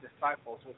disciples